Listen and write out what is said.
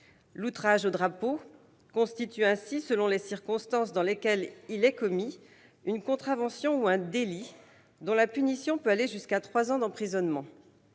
L'outrage au drapeau constitue ainsi, selon les circonstances dans lesquelles il est commis, une contravention ou un délit, dont la punition peut aller jusqu'à trois ans d'emprisonnement.